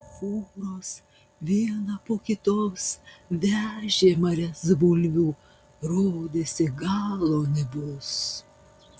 fūros viena po kitos vežė marias bulvių rodėsi galo nebus